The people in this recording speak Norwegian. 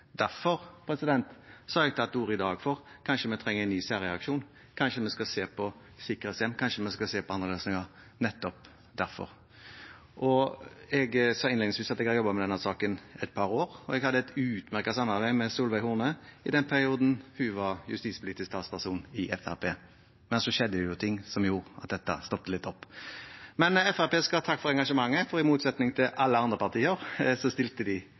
har mistet noe på veien. Derfor har jeg i dag tatt til orde for at vi kanskje trenger en ny særreaksjon. Kanskje vi skal se på sikkerhetshjem, kanskje vi skal se på andre løsninger – nettopp derfor. Jeg sa innledningsvis at jeg har jobbet med denne saken et par år. Jeg hadde et utmerket samarbeid med Solveig Horne i den perioden hun var justispolitisk talsperson i Fremskrittspartiet, men så skjedde det jo ting som gjorde at dette stoppet litt opp. Men Fremskrittspartiet skal ha takk for engasjementet, for i motsetning til alle andre partier stilte de